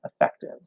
effective